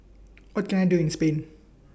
What Can I Do in Spain